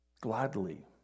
gladly